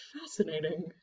Fascinating